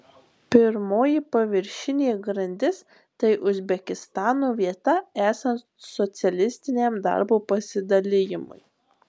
pirmoji paviršinė grandis tai uzbekistano vieta esant socialistiniam darbo pasidalijimui